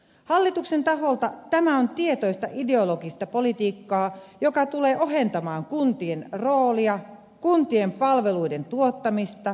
hallituksen taholta tämä on tietoista ideologista politiikkaa joka tulee ohentamaan kuntien roolia kuntien palveluiden tuottamista